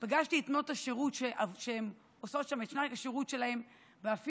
פגשתי את בנות השירות שעושות שם את שנת השירות שלהן ואפילו